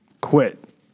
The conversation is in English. quit